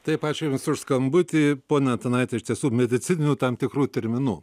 taip ačiū jums už skambutį pone antanaiti iš tiesų medicininių tam tikrų terminų